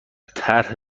طرح